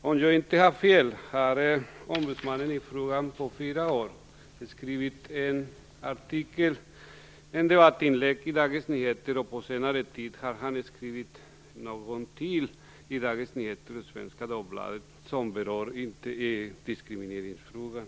Om jag inte har fel har Diskrimineringsombudsmannen på fyra år skrivit en artikel, ett debattinlägg i Dagens Nyheter. På senare tid har han skrivit någon till artikel i Dagens Nyheter och Svenska Dagbladet som berört diskrimineringsfrågan.